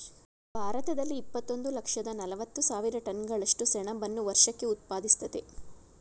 ಭಾರತದಲ್ಲಿ ಇಪ್ಪತ್ತೊಂದು ಲಕ್ಷದ ನಲವತ್ತು ಸಾವಿರ ಟನ್ಗಳಷ್ಟು ಸೆಣಬನ್ನು ವರ್ಷಕ್ಕೆ ಉತ್ಪಾದಿಸ್ತದೆ